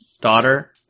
daughter